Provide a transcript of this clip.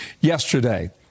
yesterday